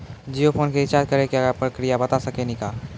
Jio phone के recharge करे के का प्रक्रिया बता साकिनी का?